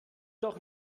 doch